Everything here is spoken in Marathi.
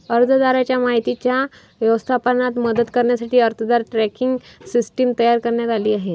अर्जदाराच्या माहितीच्या व्यवस्थापनात मदत करण्यासाठी अर्जदार ट्रॅकिंग सिस्टीम तयार करण्यात आली आहे